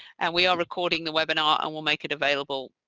and we are recording the webinar and will make it available.